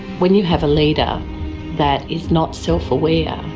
when you have a leader that is not self-aware,